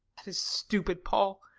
that is stupid, paul,